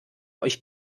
euch